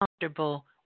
comfortable